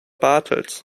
bartels